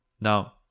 Now